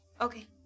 Okay